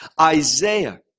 Isaiah